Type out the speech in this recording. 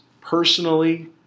personally